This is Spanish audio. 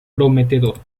prometedor